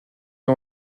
est